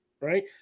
right